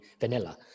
vanilla